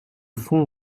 fonds